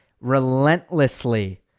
relentlessly